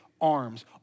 arms